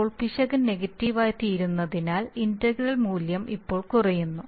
ഇപ്പോൾ പിശക് നെഗറ്റീവ് ആയിത്തീർന്നതിനാൽ ഇന്റഗ്രൽ മൂല്യം ഇപ്പോൾ കുറയുന്നു